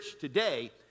today